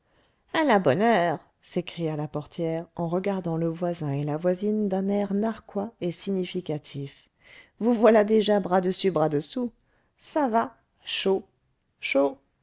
à la bonne heure s'écria la portière en regardant le voisin et la voisine d'un air narquois et significatif vous voilà déjà bras dessus bras dessous ça va chaud chaud